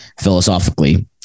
philosophically